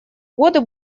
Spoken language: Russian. годы